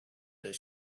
the